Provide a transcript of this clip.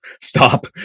stop